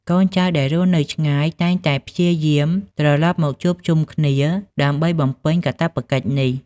កូនចៅដែលរស់នៅឆ្ងាយតែងតែព្យាយាមត្រឡប់មកជួបជុំគ្នាដើម្បីបំពេញកាតព្វកិច្ចនេះ។